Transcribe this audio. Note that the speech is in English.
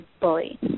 bully